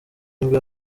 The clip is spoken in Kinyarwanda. nibwo